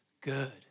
good